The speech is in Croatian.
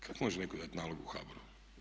Kako može netko dati nalog u HBOR-u?